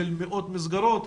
של מאות מסגרות,